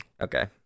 Okay